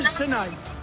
tonight